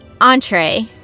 entree